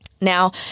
Now